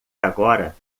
agora